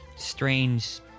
strange